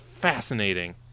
fascinating